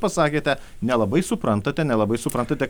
pasakėte nelabai suprantate nelabai suprantate